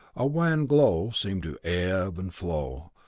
a wan glow seemed to ebb and flow,